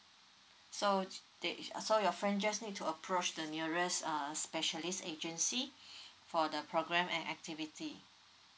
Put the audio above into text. so they each uh so your friend just need to approach the nearest err specialist agency for the program and activity